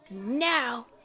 Now